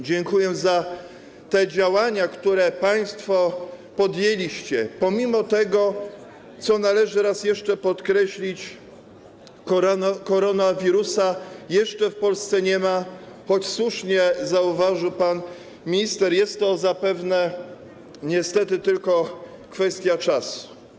Dziękuję za te działania, które państwo podjęliście, pomimo tego - co należy raz jeszcze podkreślić - że koronawirusa jeszcze w Polsce nie ma, choć, jak słusznie zauważył pan minister, jest to zapewne niestety tylko kwestia czasu.